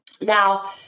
Now